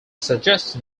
suggestion